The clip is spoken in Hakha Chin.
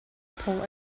phung